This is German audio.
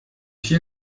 hier